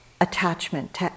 attachment